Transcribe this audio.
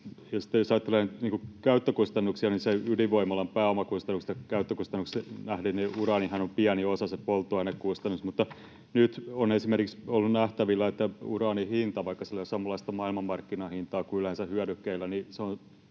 Jos ajattelee käyttökustannuksia, ydinvoimalan pääomakustannuksia käyttökustannuksiin nähden, niin uraanihan, se polttoainekustannus, on pieni osa. Mutta nyt on esimerkiksi ollut nähtävillä, että uraanin hinta, vaikka sillä ei ole samanlaista maailmanmarkkinahintaa kuin yleensä hyödykkeillä, [Puhemies